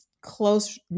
close